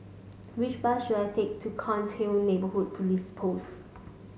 which bus should I take to Cairnhill Neighbourhood Police Post